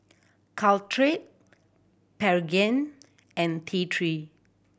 Caltrate Pregain and T Three